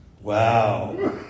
Wow